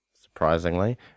surprisingly